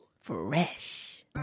Fresh